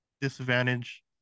disadvantage